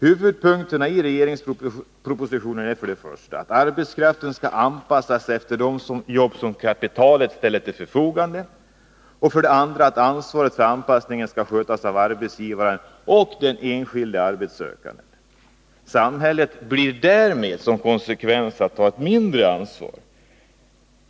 Huvudpunkterna i regeringens proposition är för det första att arbetskraften skall anpassås efter de jobb som kapitalet ställer till förfogande och för det andra att ansvaret för anpassningen skall skötas av arbetsgivarna och den enskilde arbetssökanden. Samhället får som följd därav ett mindre ansvar.